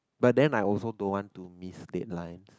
but then I also don't want to miss deadlines